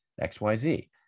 XYZ